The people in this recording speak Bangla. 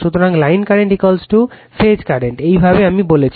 সুতরাং লাইন বর্তমান ফেজ বর্তমান এইভাবে আমি বলছি